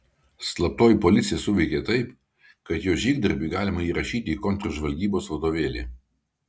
slaptoji policija suveikė taip kad jos žygdarbį galima įrašyti į kontržvalgybos vadovėlį